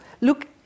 Look